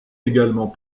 également